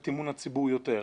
את אמון הציבור יותר.